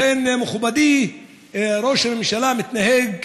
לכן, מכובדי, ראש הממשלה מתנהג